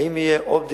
האם יהיו עוד בדיקות,